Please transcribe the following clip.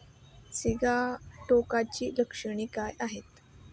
सिगाटोकाची लक्षणे काय आहेत?